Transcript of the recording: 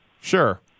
Sure